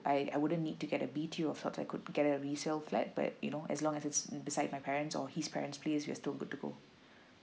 I I wouldn't need to get a B_T_O flat I could get a resale flat but you know as long as it's beside my parents or his parents places we are still good to go